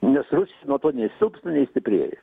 nes rusija nuo to nei silpsta nei stiprėja